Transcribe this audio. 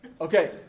Okay